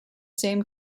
same